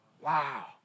Wow